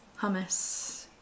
hummus